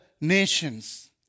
nations